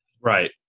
right